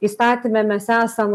įstatyme mes esam